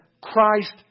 Christ